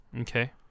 okay